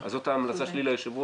אז זאת ההמלצה שלי ליושב ראש,